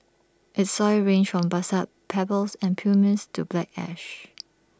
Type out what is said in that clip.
its soils range from basalt pebbles and pumice to black ash